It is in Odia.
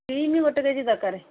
ଷ୍ଟିମ୍ ଗୋଟେ କେ ଜି ଦରକାର